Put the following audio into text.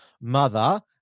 mother